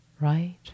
right